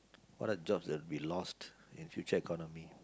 what are jobs that we lost in future economy